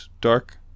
dark